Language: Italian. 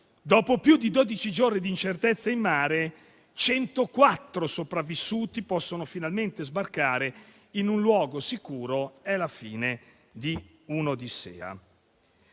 dopo più di dodici giorni di incertezza in mare, 104 sopravvissuti possono finalmente sbarcare in un luogo sicuro. È la fine di un'odissea.